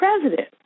president